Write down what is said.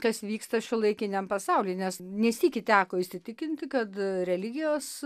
kas vyksta šiuolaikiniam pasauly nes ne sykį teko įsitikinti kad religijos